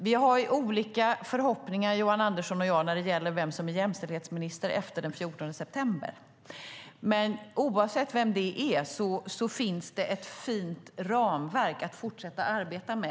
Vi har olika förhoppningar, Johan Andersson och jag, när det gäller vem som är jämställdhetsminister efter den 14 september. Oavsett vem det blir finns det dock ett fint ramverk att fortsätta arbeta med.